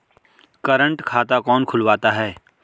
Current खाता कौन खुलवाता है?